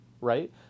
right